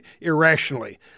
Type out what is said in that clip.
irrationally